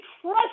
trust